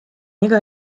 iga